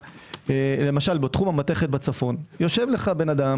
למשל בתחום המתכת בצפון יושב אדם,